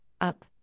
up